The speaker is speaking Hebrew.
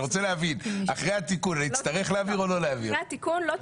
כמו שאמרה ארבל, בשנת 2000 זה